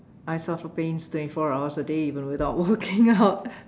I suffer pains twenty four hours a day even without working out